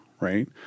right